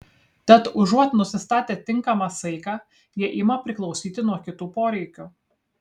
tad užuot nusistatę tinkamą saiką jie ima priklausyti nuo kitų poreikių